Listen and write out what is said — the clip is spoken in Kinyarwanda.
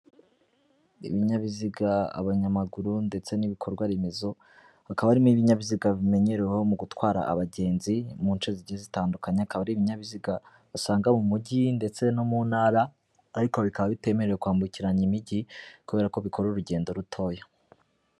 Ibinyabiziga, abanyamaguru ndetse n'ibikorwa remezo, hakaba harimo ibinyabiziga bimenyereweho mu gutwara abagenzi mu nce zigiye zitandukanye, akaba ari ibinyabiziga basanga mu mujyi ndetse no mu ntara ariko bikaba bitemerewe kwambukiranya imijyi kubera ko bikora urugendo rutoya.